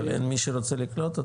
אבל אין מי שרוצה לקלוט אותה.